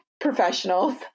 professionals